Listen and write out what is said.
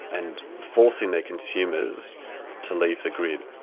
and forcing their consumers to leave the grid.